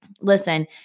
Listen